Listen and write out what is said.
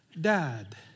dad